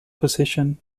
position